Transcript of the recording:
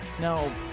No